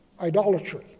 idolatry